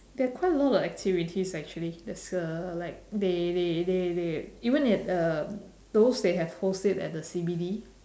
there are quite a lot of activities actually there's uh like they they they they even at uh those they have host it at the C_B_D